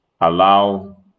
allow